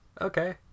okay